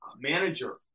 manager